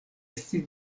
estis